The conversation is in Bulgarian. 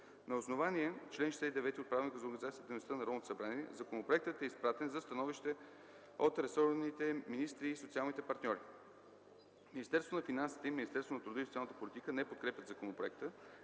На основание чл. 69 от Правилника за организацията и дейността на Народното събрание законопроектът е изпратен за становище от ресорните министри и социалните партньори. Министерството на финансите и Министерството на труда и социалната политика не подкрепят законопроекта,